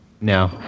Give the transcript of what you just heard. No